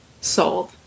Sold